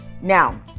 now